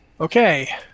Okay